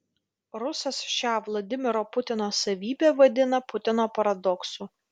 rusas šią vladimiro putino savybę vadina putino paradoksu